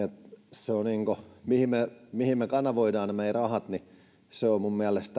se mihin me mihin me kanavoimme meidän rahamme ja missä suhteessa on minun mielestäni